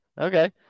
okay